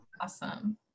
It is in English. Awesome